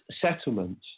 settlement